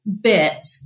bit